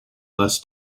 less